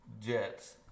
Jets